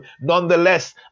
nonetheless